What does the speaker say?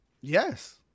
yes